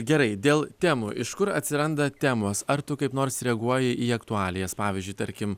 gerai dėl temų iš kur atsiranda temos ar tu kaip nors reaguoji į aktualijas pavyzdžiui tarkim